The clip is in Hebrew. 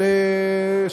לאינטרנט,